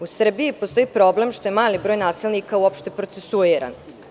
U Srbiji postoji problem što je mali broj nasilnika uopšte procesuiran.